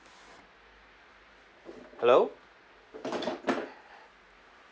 hello